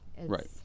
Right